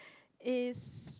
is